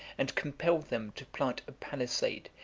and compelled them to plant a palisade,